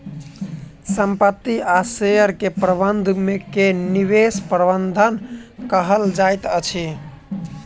संपत्ति आ शेयर के प्रबंधन के निवेश प्रबंधन कहल जाइत अछि